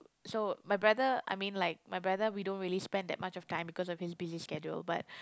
so my brother I mean like my brother we don't really spend that much of time because of his busy schedule but